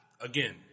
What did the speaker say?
again